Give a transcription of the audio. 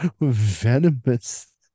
venomous